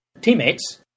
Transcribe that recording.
teammates